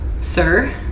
sir